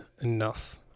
enough